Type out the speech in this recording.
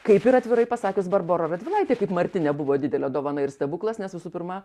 kaip ir atvirai pasakius barbora radvilaitė kaip marti nebuvo didelė dovana ir stebuklas nes visų pirma